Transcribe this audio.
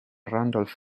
randolph